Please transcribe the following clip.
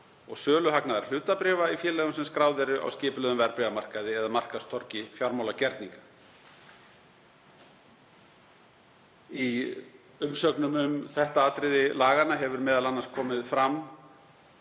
og söluhagnaðar hlutabréfa í félögum sem skráð eru á skipulegum verðbréfamarkaði eða markaðstorgi fjármálagerninga. Í umsögnum um þetta atriði laganna hefur m.a. komið fram